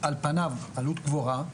על פניו עלות גבוהה.